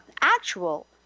actual